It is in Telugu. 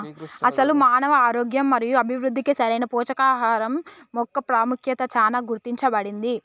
అసలు మానవ ఆరోగ్యం మరియు అభివృద్ధికి సరైన పోషకాహరం మొక్క పాముఖ్యత చానా గుర్తించబడింది